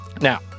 Now